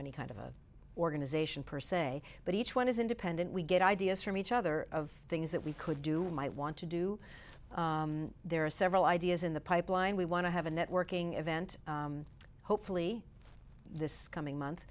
any kind of organization per se but each one is independent we get ideas from each other of things that we could do we might want to do there are several ideas in the pipeline we want to have a networking event hopefully this coming month